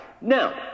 Now